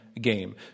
game